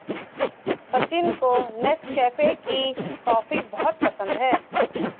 सचिन को नेस्कैफे की कॉफी बहुत पसंद है